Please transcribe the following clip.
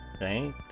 Right